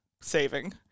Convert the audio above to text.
saving